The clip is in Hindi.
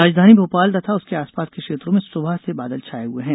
राजधानी भोपाल तथा उसके आसपास के क्षेत्रों में सुबह से बादल छाए हुए हैं